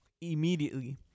immediately